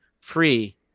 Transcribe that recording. free